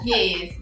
Yes